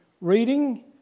reading